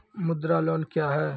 मुद्रा लोन क्या हैं?